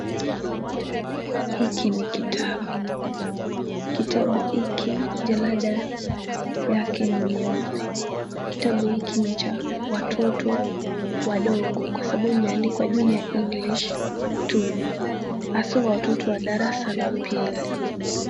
Hiki ni kitabu. Kitabu hiki jalada lake ni jeupe. Kitabu hiki ni cha watoto wadogo kwa sababu kimeandikwa Junior English Two , haswa watoto wa darasa la pili.